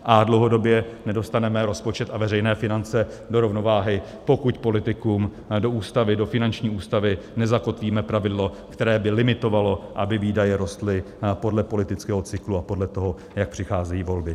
A dlouhodobě nedostaneme rozpočet a veřejné finance do rovnováhy, pokud politikům do ústavy, do finanční ústavy nezakotvíme pravidlo, které by limitovalo, aby výdaje rostly podle politického cyklu a podle toho, jak přicházejí volby.